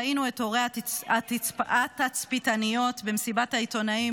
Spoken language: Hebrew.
ראינו את הורי התצפיתניות במסיבת העיתונאים.